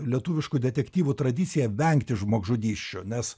lietuviškų detektyvų tradiciją vengti žmogžudysčių nes